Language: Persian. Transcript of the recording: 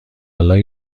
آلا